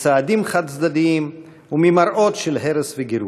מצעדים חד-צדדיים וממראות של הרס וגירוש?